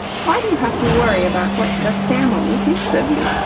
why do you have to worry about what, the family thinks of you?